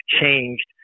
changed